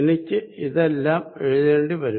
എനിക്ക് ഇതെല്ലാം എഴുതേണ്ടി വരും